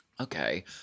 okay